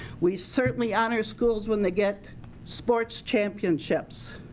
we certainly honor schools when they get sports championships.